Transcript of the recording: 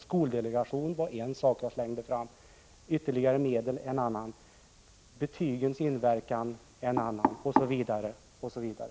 Skoldelegation var en sak som jag tog upp, ytterligare medel en annan, betygens inverkan ytterligare en, osv.